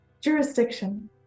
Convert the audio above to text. jurisdiction